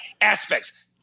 aspects